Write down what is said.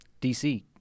DC